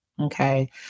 Okay